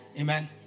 Amen